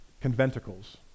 conventicles